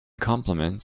compliments